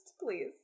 please